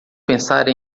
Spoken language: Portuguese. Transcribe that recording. pensar